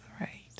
right